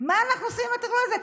מה אנחנו עושים עם הטרלול הזה?